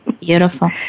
Beautiful